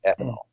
ethanol